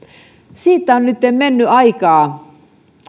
siitä on nytten mennyt aikaa